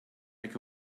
mac